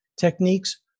techniques